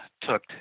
took